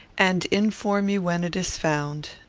and inform you when it is found.